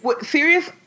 Serious